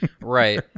Right